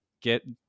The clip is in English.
get